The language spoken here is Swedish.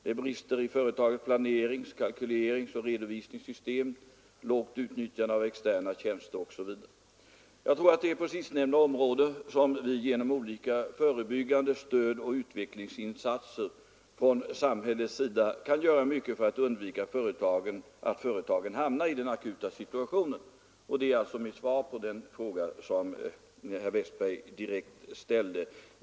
Det är brister i företagens planerings-, kalkyleringsoch redovisningssystem, lågt utnyttjande av externa tjänster osv. Jag tror att det är på sistnämnda område som vi genom olika förebyggande stödoch utvecklingsinsatser från samhällets sida kan göra mycket för att företagen inte skall hamna i den akuta situationen. Detta är alltså mitt svar på den fråga som herr Westberg direkt ställde.